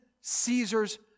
Caesar's